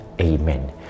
Amen